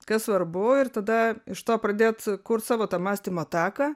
kas svarbu ir tada iš to pradėt kurt savo mąstymo taką